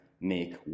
make